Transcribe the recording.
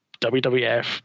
WWF